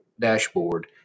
dashboard